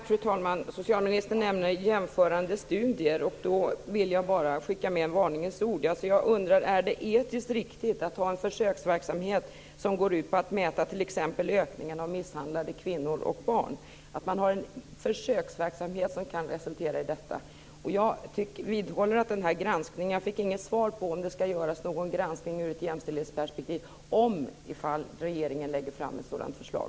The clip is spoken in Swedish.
Fru talman! Socialministern nämnde jämförande studier. Då vill jag skicka med en varningens ord. Är det etiskt riktigt att ha en försöksverksamhet som går ut på att mäta t.ex. ökningen av misshandel bland kvinnor och barn, en försöksverksamhet som kan resultera i detta? Jag fick inget svar på om det skall göras någon granskning i ett jämställdhetsperspektiv ifall regeringen lägger fram ett sådant förslag.